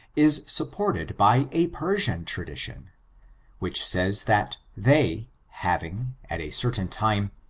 is supported by a persian tradition which says that they having, at a certain time,